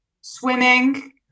Swimming